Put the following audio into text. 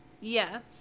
Yes